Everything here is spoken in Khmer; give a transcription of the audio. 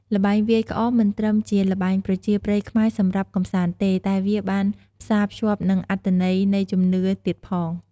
ល្បែងវាយក្អម មិនត្រឹមជាល្បែងប្រជាប្រិយខ្មែរសម្រាប់កម្សាន្តទេ តែវាបានផ្សារភ្ជាប់នឹងអត្ថន័យនៃជំនឿទៀតផង។